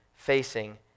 Facing